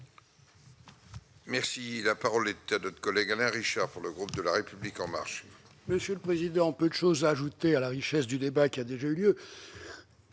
Merci, la parole est à notre collègue Alain Richard pour le groupe de la République en marche.